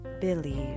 believe